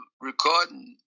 recording